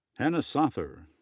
hannah sather,